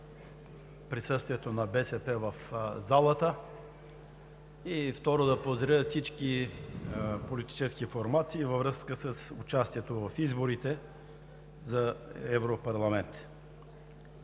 присъствието на БСП в залата. Второ, да поздравя всички политически формации във връзка с участието в изборите за Европарламент.